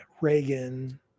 Reagan